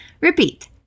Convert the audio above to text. Repeat